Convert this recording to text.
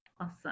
Awesome